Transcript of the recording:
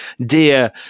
dear